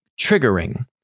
triggering